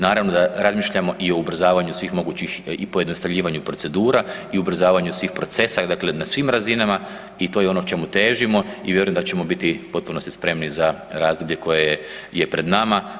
Naravno da razmišljamo i o ubrzavanju svih mogućih i pojednostavljivanju procedura i ubrzavanju svih procesa, dakle na svim razinama i to je ono čemu težimo i vjerujem da ćemo biti u potpunosti spremni za razdoblje koje je pred nama.